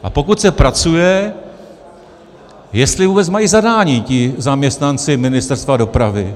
A pokud se pracuje, jestli vůbec mají zadání ti zaměstnanci Ministerstva dopravy.